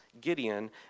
Gideon